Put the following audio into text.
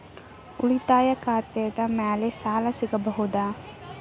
ಉಳಿತಾಯ ಖಾತೆದ ಮ್ಯಾಲೆ ಸಾಲ ಸಿಗಬಹುದಾ?